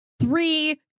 three